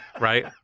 right